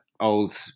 old